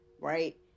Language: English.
right